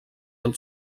del